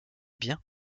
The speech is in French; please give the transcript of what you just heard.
bien